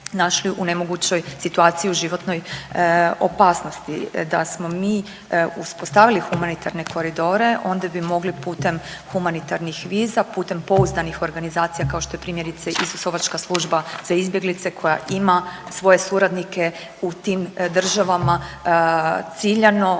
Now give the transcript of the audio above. našli u nemogućoj situaciji u životnoj opasnosti. Da smo mi uspostavili humanitarne koridore onda bi mogli putem humanitarnih viza putem pouzdanih organizacija kao što je primjerice Isusovačka služba za izbjeglice koja ima svoje suradnike u tim državama ciljano